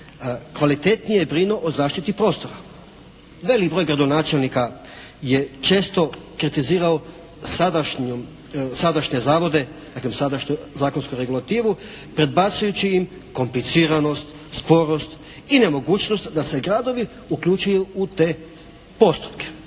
kvalitetnije brinu o zaštiti prostora. Velik broj gradonačelnika je često kritizirao sadašnje zavode, dakle sadašnju zakonsku regulativu predbacujući im kompliciranost, sporost i nemogućnost da se gradovi uključuju u te postupke.